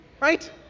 right